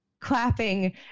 clapping